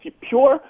pure